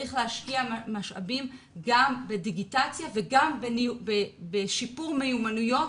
צריך להשקיע משאבים גם בדיגיטציה וגם בשיפור מיומנויות,